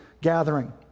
gathering